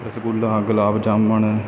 rasgulla gulab jamun